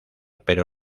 pero